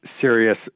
serious